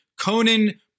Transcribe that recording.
Conan